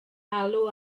alw